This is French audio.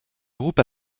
groupe